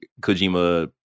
Kojima